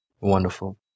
Wonderful